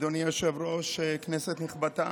אדוני היושב-ראש, כנסת נכבדה,